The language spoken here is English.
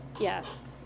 Yes